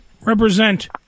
Represent